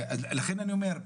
לכן אני אומר,